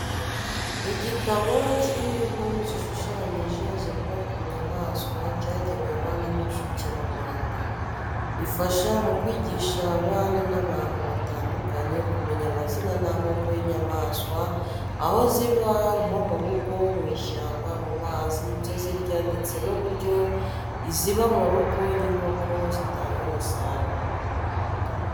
Igitabo kirimo inkuru zishushanyije zivuga ku nyamaswa cyagenewe abana b'incuke mu Rwanda. Ifasha mu kwigisha abana n’abantu batandukanye kumenya amazina n'amoko y'inyamaswa, aho ziba nko mu rugo, mu ishyamba, mu mazi, ibyo zirya ndetse n'uburyo iziba mu rugo nk'inkoko zitanga umusaruro.